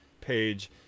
page